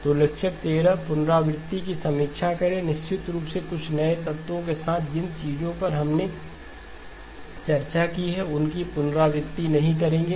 तो लेक्चर 13 पुनरावृत्ति या समीक्षा करे निश्चित रूप से कुछ नए तत्वों के साथ जिन चीजों पर हमने चर्चा की है उनकी पुनरावृत्ति नहीं करेंगे